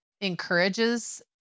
encourages